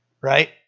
right